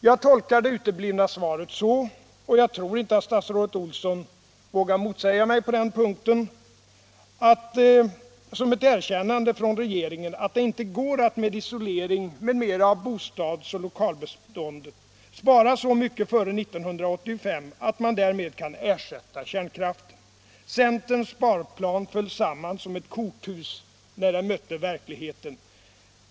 Jag tolkar det uteblivna svaret — och jag tror inte att statsrådet Olsson vågar motsäga mig på den punkten — som ett erkännande från regeringen att det inte går att med isolering m.m. av bostadsoch lokalbestånd spara så mycket före 1985 att man därmed kan ersätta kärnkraften. Centerns sparplan föll samman som ett korthus när den mötte verkligheten.